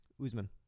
Uzman